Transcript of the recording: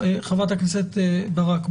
חברת הכנסת ברק,